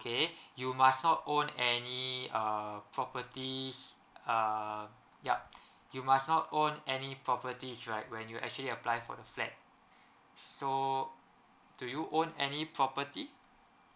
okay you must our own any uh properties err yup you must not own any properties right when you actually apply for the flat so do you own any property